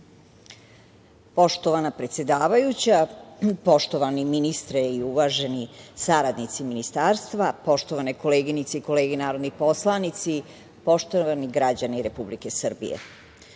Poštovana predsedavajuća, poštovani ministre i uvaženi saradnici ministarstva, poštovane koleginice i kolege narodni poslanici, poštovani građani Republike Srbije,